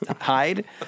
hide